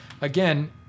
Again